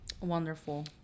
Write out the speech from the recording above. wonderful